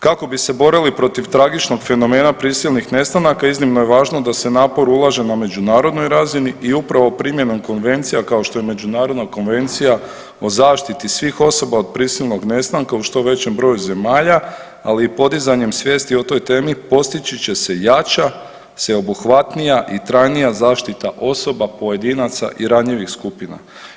Kako bi se borili protiv tragičnog fenomena prisilnih nestanaka iznimno je važno da se napor ulaže na međunarodnoj razini i upravo primjenom konvencija kao što je Međunarodna konvencija o zaštiti svih osoba od prisilnog nestanka u što većem broju zemalja ali i podizanjem svijesti o toj temi postići će se jača, sveobuhvatnija i trajnija zaštita osoba, pojedinaca i ranjivih skupina.